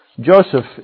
Joseph